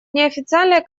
неофициальные